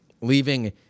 leaving